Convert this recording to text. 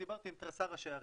דיברתי עם תריסר ראשי ערים.